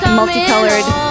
multicolored